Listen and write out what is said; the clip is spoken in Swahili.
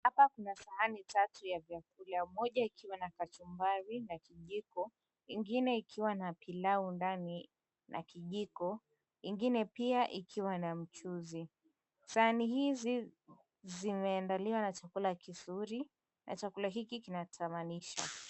Hapa kuna sahani tatu ya vyakula moja ikiwa na kachumbari na kijiko, ingine ikiwa na pilau ndani na kijiko, ingine pia ikiwa na mchuzi. Sahani hizi zimeandaliwa na chakula kizuri na chakula hiki kinatamanisha.